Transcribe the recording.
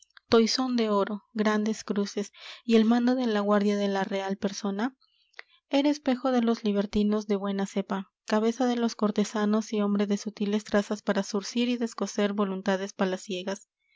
españa toisón de oro grandes cruces y el mando de la guardia de la real persona era espejo de los libertinos de buena cepa cabeza de los cortesanos y hombre de sutiles trazas para zurcir y descoser voluntades